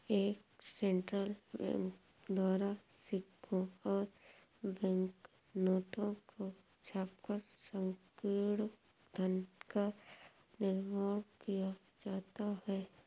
एक central bank द्वारा सिक्कों और बैंक नोटों को छापकर संकीर्ण धन का निर्माण किया जाता है